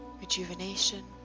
rejuvenation